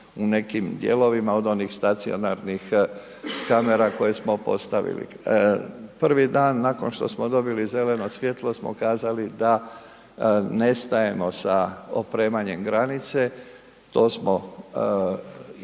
u nekim dijelovima od onih stacionarnih kamera koja smo postavili. Prvi dan nakon što smo dobili zeleno svjetlo smo kazali da nestajemo sa opremanjem granice, to smo i